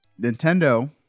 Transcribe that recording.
Nintendo